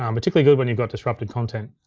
um particularly good when you've got disrupted content.